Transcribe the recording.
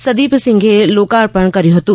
સદિપસિંધે લોકાર્પણ કર્યું હતું